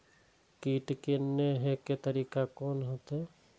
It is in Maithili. कीट के ने हे के तरीका कोन होते?